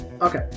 Okay